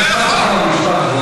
משפט אחרון.